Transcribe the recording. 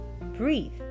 breathe